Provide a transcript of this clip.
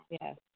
Yes